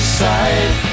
side